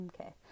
Okay